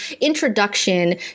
introduction